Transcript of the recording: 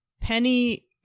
Penny